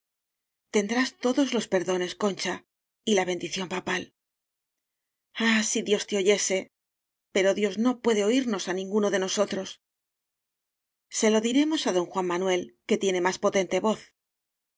endrás todos los perdones concha y la bendición papal ah si dios te oyese pero dios no puede oirnos á ninguno de nosotros se lo diremos á don luán manuel que tiene más potente voz